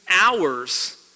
hours